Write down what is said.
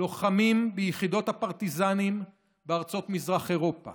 לוחמים ביחידות הפרטיזנים בארצות מזרח אירופה